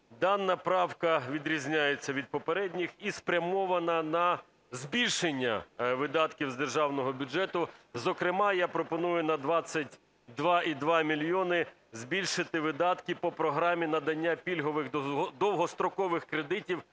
дана правка відрізняється від попередніх і спрямована на збільшення видатків з державного бюджету, зокрема я пропоную на 22,2 мільйона збільшити видатки по програмі "Надання пільгових довгострокових кредитів